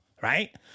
right